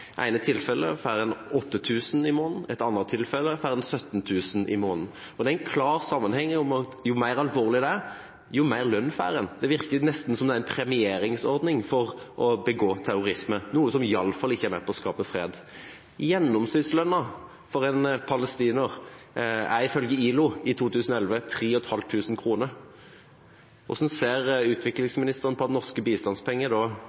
ene tilfellet får man 8 000 kr i måneden, i et annet tilfelle får man 17 000 kr i måneden. Det er en klar sammenheng: Jo mer alvorlig det er, jo mer lønn får en. Det virker nesten som det er en premieringsordning for å begå terrorisme, noe som iallfall ikke er med på å skape fred. Gjennomsnittslønnen for en palestiner i 2011